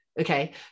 Okay